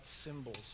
symbols